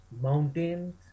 mountains